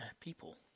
people